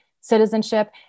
citizenship